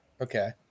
Okay